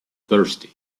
thirsty